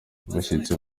bashyitsi